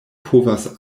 povas